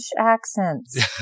accents